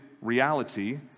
reality